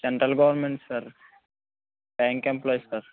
central government sir bank employee sir